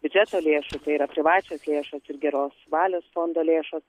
biudžeto lėšų tai yra privačios lėšos ir geros valios fondo lėšos